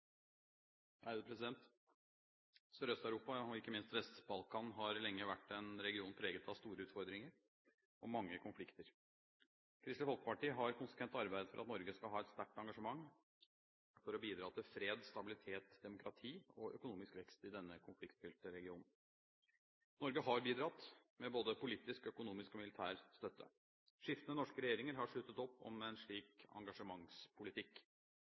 og ikke minst Vest-Balkan, har lenge vært en region preget av store utfordringer og mange konflikter. Kristelig Folkeparti har konsekvent arbeidet for at Norge skal ha et sterkt engasjement for å bidra til fred, stabilitet, demokrati og økonomisk vekst i denne konfliktfylte regionen. Norge har bidratt med både politisk, økonomisk og militær støtte. Skiftende norske regjeringer har sluttet opp om en slik engasjementspolitikk.